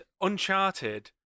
Uncharted